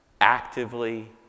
actively